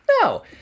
No